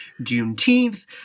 juneteenth